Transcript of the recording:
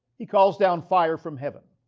he calls down fire from heaven.